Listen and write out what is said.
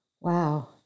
Wow